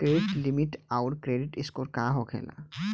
Credit limit आउर credit score का होखेला?